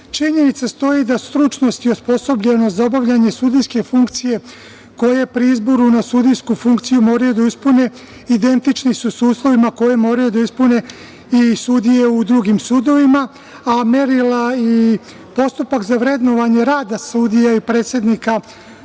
radu. Činjenica stoji da stručnost i osposobljenost za obavljanje sudijske funkcije koje pri izboru na sudijsku funkciju moraju da ispune identični su sa uslovima koje moraju da ispune i sudije u drugim sudovima, a merila i postupak za vrednovanje rada sudija i predsednika